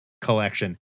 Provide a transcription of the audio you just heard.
collection